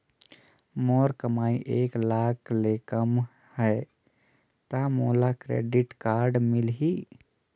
मोर कमाई एक लाख ले कम है ता मोला क्रेडिट कारड मिल ही?